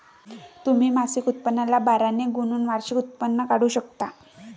तुम्ही मासिक उत्पन्नाला बारा ने गुणून वार्षिक उत्पन्न काढू शकता